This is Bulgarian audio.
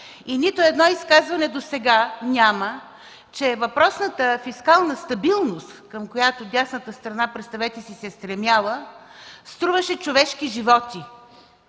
нито едно изказване досега, че въпросната фискална стабилност, към която дясната страна, представете си, се стремяла – струваше човешки животи,